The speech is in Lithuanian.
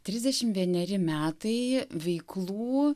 trisdešim vieneri metai veiklų